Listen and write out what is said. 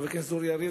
חבר הכנסת אורי אריאל,